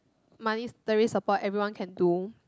monetary support everyone can do